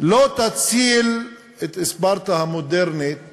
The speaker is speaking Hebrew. לא תציל את ספרטה המודרנית